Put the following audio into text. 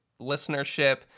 listenership